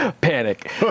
Panic